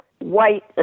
white